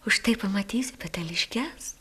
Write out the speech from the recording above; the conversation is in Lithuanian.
užtai pamatysiu peteliškes